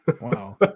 Wow